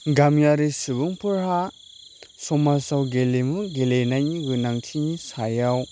गामियारि सुबुंफोरहा समाजाव गेलेमु गेलेनायनि गोनांथिनि सायाव